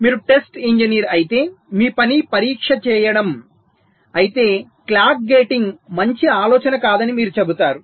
మీరు test engineer అయితే మీ పని పరీక్ష చేయటం అయితే క్లాక్ గేటింగ్ మంచి ఆలోచన కాదని మీరు చెబుతారు